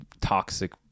toxic